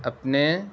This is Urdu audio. اپنے